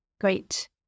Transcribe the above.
great